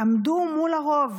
עמדו מול הרוב